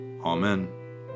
Amen